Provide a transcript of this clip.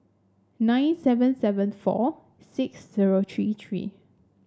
nine seven seven four six zero three three